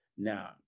Now